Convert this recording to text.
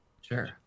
Sure